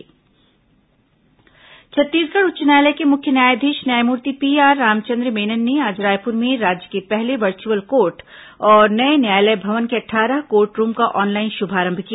virtual court शुभारंभ छत्तीसगढ़ उच्च न्यायालय के मुख्य न्यायाधीश न्यायमूर्ति पीआर रामचंद्र मेनन ने आज रायपुर में राज्य के पहले वर्चुअल कोर्ट और नये न्यायालय भवन के अट्ठारह कोर्ट रूम का ऑनलाइन शुभारंभ किया